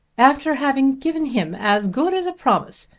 after having given him as good as a promise!